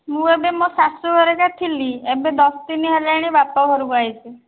ମୁଁ ଏବେ ମୋ ଶାଶୁଘରେ ଏକା ଥିଲି ଏବେ ଦଶ ଦିନ ହେଲାଣି ବାପ ଘରକୁ ଆସିଛି